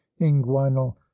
inguinal